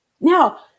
Now